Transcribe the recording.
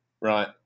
Right